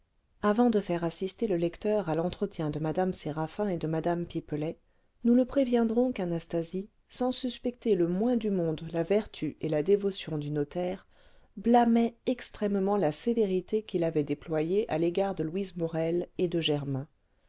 avant de faire assister le lecteur à l'entretien de mme séraphin et de mme pipelet nous le préviendrons qu'anastasie sans suspecter le moins du monde la vertu et la dévotion du notaire blâmait extrêmement la sévérité qu'il avait déployée à l'égard de louise morel et de germain